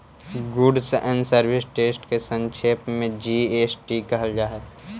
goods and service टेस्ट के संक्षेप में जी.एस.टी कहल जा हई